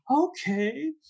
Okay